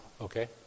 okay